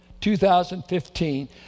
2015